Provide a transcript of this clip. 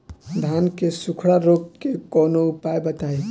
धान के सुखड़ा रोग के कौनोउपाय बताई?